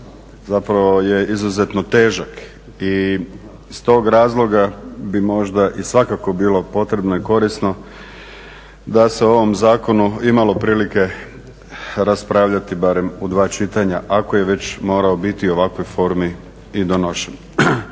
zapravo je izuzetno težak i iz tog razloga bi možda i svakako bilo potrebno i korisno da se o ovom zakonu imalo prilike raspravljati barem u dva čitanja ako je već morao biti u ovakvoj formi i donošen.